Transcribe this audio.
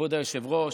כבוד היושב-ראש.